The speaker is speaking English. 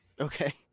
Okay